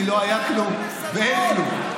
כי לא היה כלום ואין כלום,